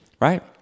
Right